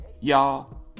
y'all